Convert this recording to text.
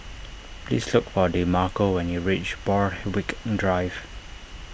please look for Demarco when you reach Borthwick in Drive